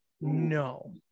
No